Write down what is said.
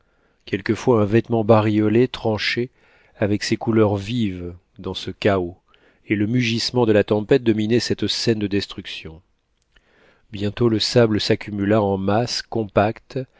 quelquefois un vêtement bariolé tranchait avec ces couleurs vives dans ce chaos et le mugissement de la tempête dominait cette scène de destruction bientôt le sable s'accumula en masses compactes